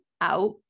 out